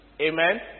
Amen